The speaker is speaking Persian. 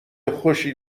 خوشی